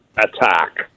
attack